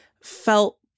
felt